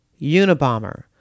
Unabomber